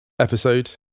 episode